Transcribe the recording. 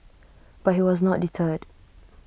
but he was not deterred